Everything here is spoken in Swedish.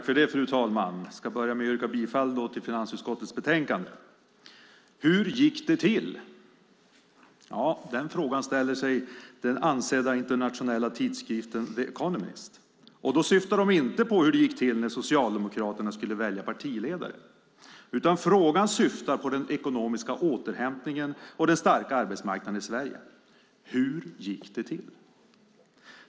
Fru talman! Jag ska börja med att yrka bifall till utskottets förslag i finansutskottets betänkande. Hur gick det till? Den frågan ställer sig den ansedda internationella tidskriften The Economist. Då syftar de inte på hur det gick till när Socialdemokraterna skulle välja partiledare, utan frågan gäller den ekonomiska återhämtningen och den starka arbetsmarknaden i Sverige. Hur gick det till?